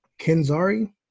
Kenzari